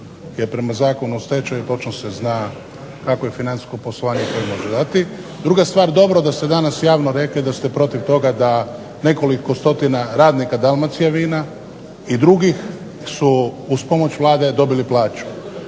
jer prema Zakonu o stečaju točno se zna kakvo je financijsko poslovanje …/Govornik se ne razumije./… Druga stvar, dobro da ste danas javno rekli da ste protiv toga da nekoliko stotina radnika Dalmacijavina i drugih su uz pomoć Vlade dobili plaću,